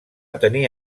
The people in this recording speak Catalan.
tenir